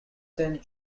saint